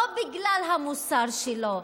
לא בגלל המוסר שלו,